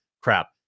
crap